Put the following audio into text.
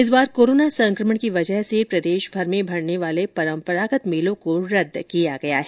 इस बार कोरोना संकमण की वजह से प्रदेशभर में भरने वाले परंपरागत मेलों को रद्द किया गया है